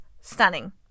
stunning